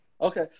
Okay